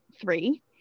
three